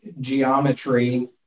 geometry